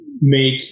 make